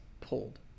pulled